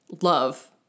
love